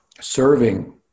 serving